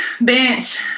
bench